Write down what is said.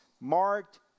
marked